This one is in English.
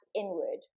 inward